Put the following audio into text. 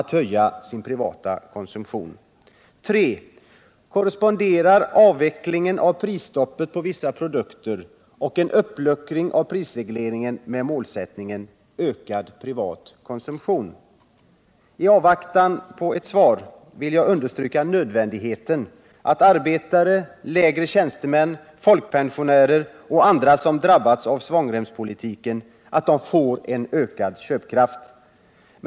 3. Korresponderar avvecklingen av prisstoppet på vissa produkter och en uppluckring av prisregleringen med målsättningen ökad privat konsumtion? I avvaktan på ett svar vill jag understryka nödvändigheten av att arbetare, lägre tjänstemän, folkpensionärer och andra som drabbats av svångremspolitiken får en ökad köpkraft.